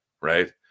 right